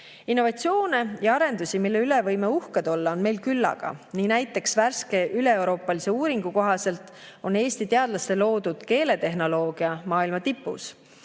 Innovatsioone ja arendusi, mille üle võime uhked olla, on meil küllaga. Näiteks värske üleeuroopalise uuringu kohaselt on Eesti teadlaste loodud keeletehnoloogia maailma tipus.